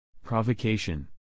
Provocation